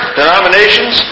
denominations